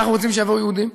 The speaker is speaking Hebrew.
אנחנו רוצים שיבואו יהודים,